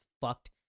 fucked